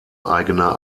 eigener